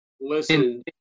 Listen